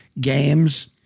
games